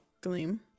Gleam